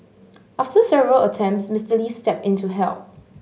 after several attempts Mister Lee stepped in to help